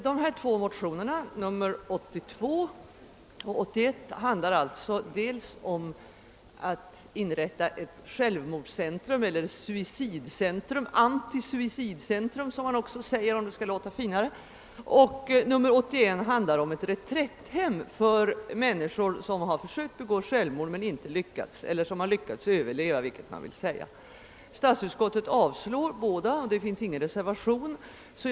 Herr talman! Motion 11:82 handlar om inrättande av ett antisjälvmordscentrum eller antisuicidcentrum, om det skall låta finare — och motion II: 81 handlar om inrättande av ett reträtthem för människor som försökt begå självmord men inte lyckats, eller som lyckats överleva, hur man nu vill uttrycka det. Utskottet avstyrker båda motionerna, och inga reservationer är avgivna.